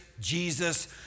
Jesus